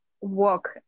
walk